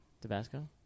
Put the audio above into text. Tabasco